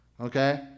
Okay